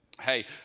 Hey